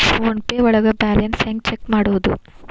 Phone pay ಒಳಗ balance ಹೆಂಗ್ check ಮಾಡುವುದು?